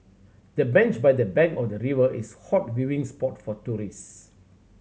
the bench by the bank of the river is hot viewing spot for tourist